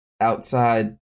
outside